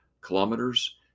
kilometers